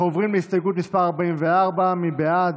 אנחנו עוברים להסתייגות מס' 44. מי בעד?